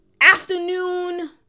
afternoon